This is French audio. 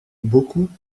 beaucoup